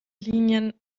linien